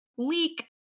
leak